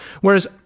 Whereas